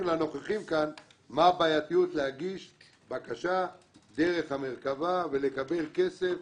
לנוכחים כאן מה הבעייתיות להגיש בקשה דרך המרכב"ה ולקבל כסף.